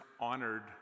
honored